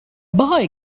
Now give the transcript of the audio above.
boy